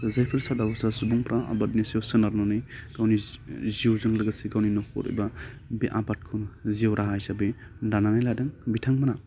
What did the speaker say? जायफोर सादा उसा सुबुंफ्रा आबादनि सायाव सोनारनानै गावनि जिउजों लोगोसे गावनि नखर एबा बे आबादखौनो जिउ राहा हिसाबै दानानै लादों बिथांमोनहा